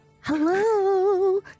Hello